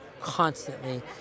constantly